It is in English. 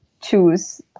choose